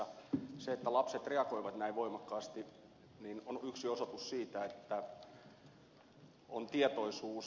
se että lapset reagoivat näin voimakkaasti on yksi osoitus siitä että on tietoisuus